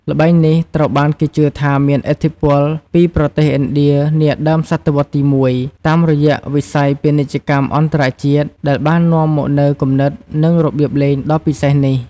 ល្បែងនេះត្រូវបានគេជឿថាមានឥទ្ធិពលពីប្រទេសឥណ្ឌានាដើមសតវត្សរ៍ទី១ តាមរយៈវិស័យពាណិជ្ជកម្មអន្តរជាតិ ដែលបាននាំមកនូវគំនិត និងរបៀបលេងដ៏ពិសេសនេះ។